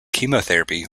chemotherapy